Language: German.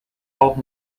auch